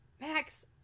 Max